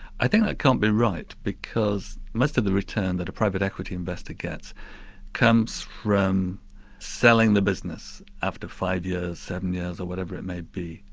i think that can't be right, because most of the return that a private equity investor gets comes from selling the business after five years, seven years, or whatever it may be,